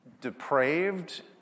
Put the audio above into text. depraved